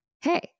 Hey